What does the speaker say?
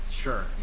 Sure